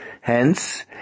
Hence